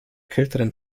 kälteren